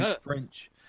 french